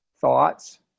thoughts